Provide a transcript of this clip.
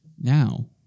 Now